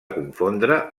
confondre